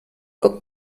guck